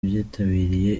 byitabiriye